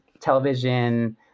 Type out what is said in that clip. television